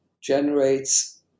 generates